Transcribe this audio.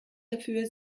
dafür